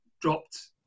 dropped